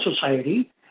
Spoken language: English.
society